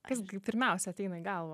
kas gi pirmiausia ateina į galvą kad